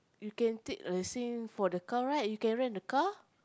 you can take the same for the car right you can rent a car